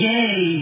Yay